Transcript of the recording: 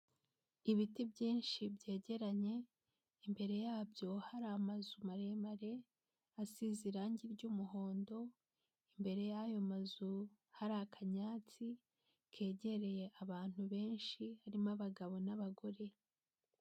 Ibiti byinshi byegeranye imbere yabyo hari amazu maremare asize irange ry'umuhondo, imbere y'ayo mazu hari akanyansi kegereye abantu benshi harimo abagabo n'abagore.